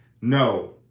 No